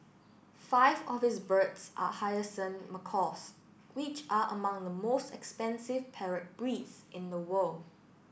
five of his birds are hyacinth macaws which are among the most expensive parrot breeds in the world